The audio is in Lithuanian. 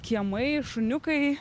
kiemai šuniukai